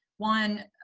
one,